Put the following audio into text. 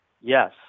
Yes